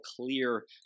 clear